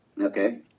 Okay